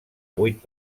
vuit